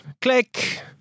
Click